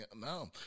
No